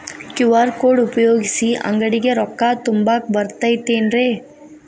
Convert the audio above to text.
QR code ಉಪಯೋಗಿಸಿ, ಅಂಗಡಿಗೆ ರೊಕ್ಕಾ ತುಂಬಾಕ್ ಬರತೈತೇನ್ರೇ?